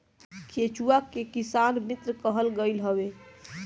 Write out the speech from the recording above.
केचुआ के किसान मित्र कहल गईल हवे